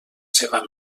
seva